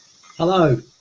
Hello